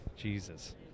Jesus